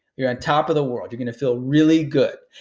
you're on top of the world. you're gonna feel really good.